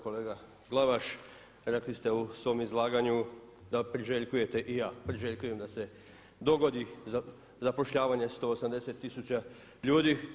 Kolega Glavaš rekli ste u svom izlaganju da priželjkujete, i ja priželjkujem, da se dogodi zapošljavanje 180 tisuća ljudi.